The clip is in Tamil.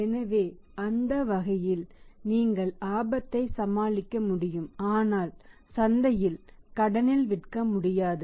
எனவே அந்த வகையில் நீங்கள் ஆபத்தை சமாளிக்க முடியும் ஆனால் சந்தையில் கடனில் விற்க முடியாது